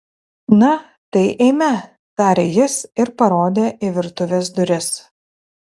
na tai eime tarė jis ir parodė į virtuvės duris